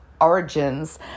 origins